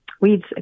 weeds